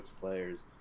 players